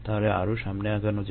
তাহলে আরো সামনে আগানো যাক